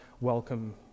welcome